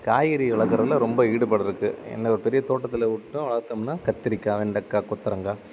காய்கறி வளக்கிறதுல ரொம்ப ஈடுபாடு இருக்குது என்ன ஒரு பெரிய தோட்டத்தில் விட்டு வளர்த்தோம்னா கத்திரிக்காய் வெண்டைக்கா கொத்தவரங்கா